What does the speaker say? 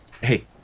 hey